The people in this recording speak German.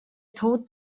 tod